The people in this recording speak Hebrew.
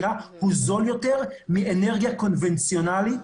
מאנרגיה קונבנציונלית.